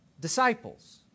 disciples